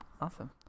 Awesome